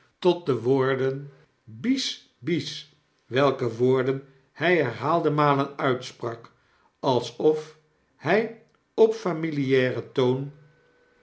tot de woorden bis bis welke woorden hij herhaalde malen uitsprak alsof hij op familiaren toon